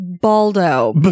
Baldo